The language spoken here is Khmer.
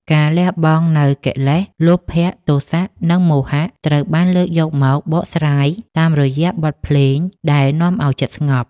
ការលះបង់នូវកិលេស លោភៈ ទោសៈ និងមោហៈ ត្រូវបានលើកយកមកបកស្រាយតាមរយៈបទភ្លេងដែលនាំឱ្យចិត្តស្ងប់